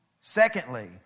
Secondly